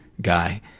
guy